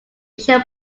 asian